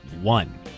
one